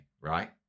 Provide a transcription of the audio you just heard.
right